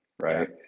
right